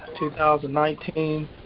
2019